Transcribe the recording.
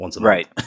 Right